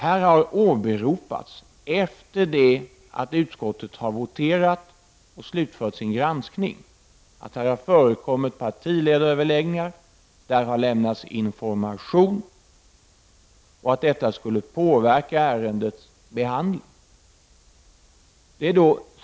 Här har åberopats, efter det att utskottet har voterat och slutfört sin granskning, att det har förekommit partiöverläggningar, att där har lämnats information och att detta skulle ha påverkat ärendets behandling.